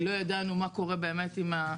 לא ידענו מה קורה באמת עם ה-,